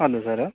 ಹೌದಾ ಸರ್